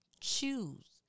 Choose